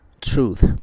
truth